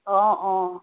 অঁ অঁ